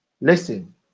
listen